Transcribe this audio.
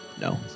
No